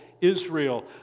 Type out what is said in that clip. Israel